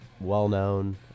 well-known